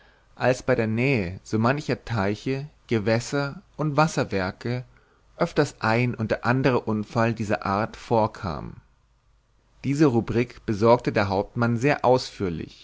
als bei der nähe so mancher teiche gewässer und wasserwerke öfters ein und der andere unfall dieser art vor kam diese rubrik besorgte der hauptmann sehr ausführlich